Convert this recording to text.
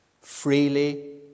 Freely